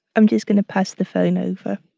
i'm just going to pass the phone over